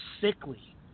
sickly